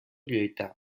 lluitar